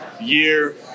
year